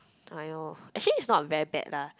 aiyor actually is not very bad lah